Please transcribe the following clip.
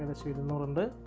the sort of the number